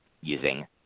using